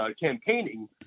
campaigning